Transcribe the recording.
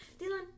dylan